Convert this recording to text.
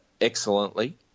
excellently